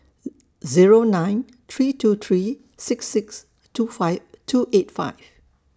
Zero nine three two three six six two five two eight five